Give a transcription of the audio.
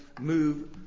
move